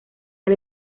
del